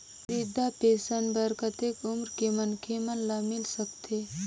वृद्धा पेंशन बर कतेक उम्र के मनखे मन ल मिल सकथे?